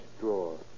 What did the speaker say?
drawer